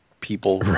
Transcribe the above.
people